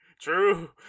True